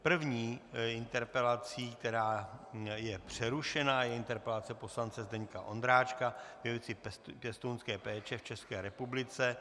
První interpelací, která je přerušena, je interpelace poslance Zdeňka Ondráčka ve věci pěstounské péče v České republice.